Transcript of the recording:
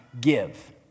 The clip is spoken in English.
give